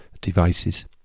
devices